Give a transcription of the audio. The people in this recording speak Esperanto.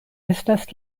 estas